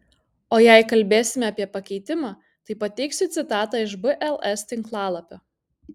o jei kalbėsime apie pakeitimą tai pateiksiu citatą iš bls tinklalapio